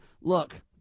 Look